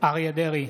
אריה מכלוף דרעי,